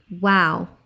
wow